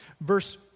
Verse